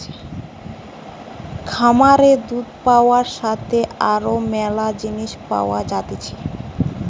খামারে দুধ পাবার সাথে আরো ম্যালা জিনিস পাওয়া যাইতেছে